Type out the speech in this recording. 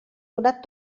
donat